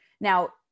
Now